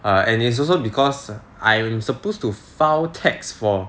and it's also because I'm supposed to file tax for